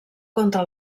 contra